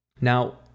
Now